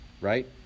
right